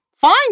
Fine